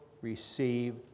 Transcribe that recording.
receive